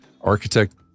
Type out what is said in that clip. architect